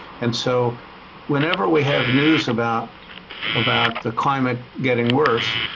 and so whenever we have news about about the climate getting worse,